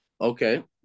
Okay